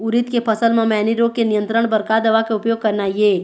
उरीद के फसल म मैनी रोग के नियंत्रण बर का दवा के उपयोग करना ये?